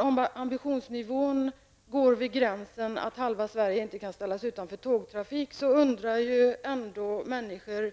Om ambitionsnivån är att halva Sverige inte kan ställas utan tågtrafik, undrar människor